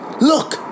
Look